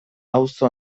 auzo